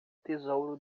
tesouro